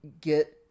get